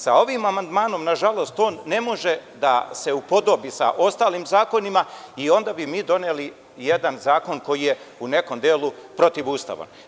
Sa ovim amandmanom, nažalost, to ne može da se upodobi sa ostalim zakonima i onda bi mi doneli jedan zakon koji je u nekom delu protivustavan.